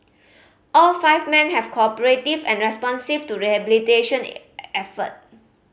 all five men have cooperative and responsive to rehabilitation effort